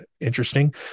interesting